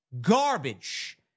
garbage